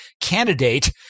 candidate